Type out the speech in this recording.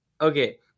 Okay